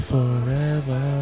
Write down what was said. Forever